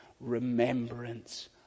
remembrance